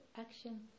action